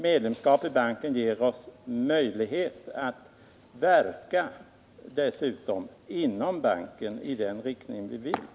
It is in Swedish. Medlemskap i banken ger oss i stället en möjlighet att inom banken positivt verka för deras beaktande.